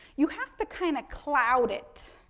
you have to kind of cloud it,